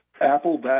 Apple